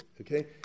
okay